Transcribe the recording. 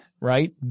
right